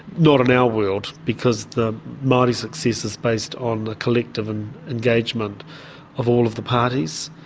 not in our world, because the maori success is based on a collective and engagement of all of the parties.